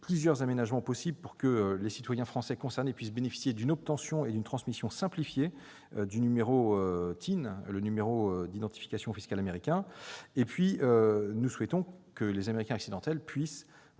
plusieurs aménagements possibles, pour que les citoyens français concernés puissent bénéficier d'une obtention et d'une transmission simplifiée du numéro d'identification fiscale américain ou TIN. Nous souhaitons que les « Américains accidentels » puissent